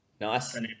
nice